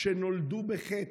שנולדו בחטא,